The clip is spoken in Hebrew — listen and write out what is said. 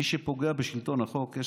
מי שפוגע בשלטון החוק,